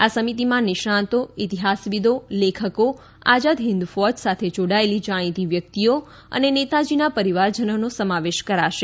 આ સમિતિમાં નિષ્ણાંતો ઈતિહાસવિદો લેખકો આઝાદ હિંદ ફોઝ સાથે જોડાયેલી જાણીતી વ્યક્તિઓ અને નેતાજીના પરિવારજનોનો સમાવેશ કરાશે